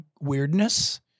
weirdness